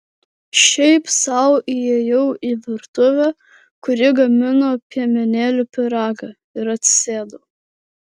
šiaip sau įėjau į virtuvę kur ji gamino piemenėlių pyragą ir atsisėdau